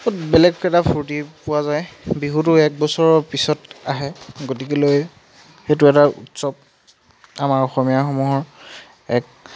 তাত বেলেগ এটা ফূৰ্ত্তি পোৱা যায় বিহুটো এক বছৰৰ পিছত আহে গতিকেলৈ সেইটো এটা উৎসৱ আমাৰ অসমীয়াসমূহৰ এক